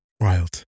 Wild